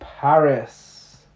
Paris